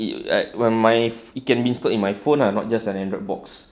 !ee! like when my it can be installed in my phone ah not just an Android box